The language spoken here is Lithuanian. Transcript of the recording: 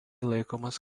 laikomas